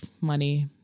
money